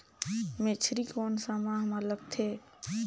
मेझरी कोन सा माह मां लगथे